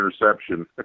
Interception